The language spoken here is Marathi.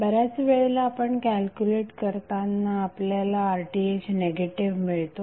बऱ्याच वेळेला आपण कॅल्क्युलेट करताना आपल्याला RThनिगेटिव्ह मिळतो